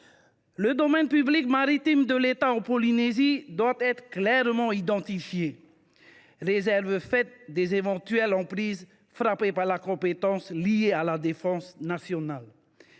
Le domaine public maritime de l’État en Polynésie française doit être clairement identifié, réserve faite des éventuelles emprises relevant de la compétence liée à la défense nationale.